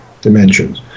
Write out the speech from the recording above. dimensions